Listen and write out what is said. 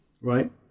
Right